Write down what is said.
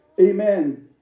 amen